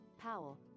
Powell